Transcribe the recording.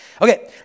Okay